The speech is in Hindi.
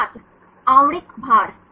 छात्र आणविक भार